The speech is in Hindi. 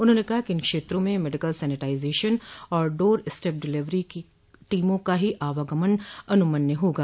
उन्होंने कहा कि इन क्षेत्रों में मेडिकल सैनिटाईजेशन और डोर स्टेप डिलवरी टीमों का ही आवागमन अनुमन्य होगा